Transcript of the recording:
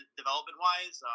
development-wise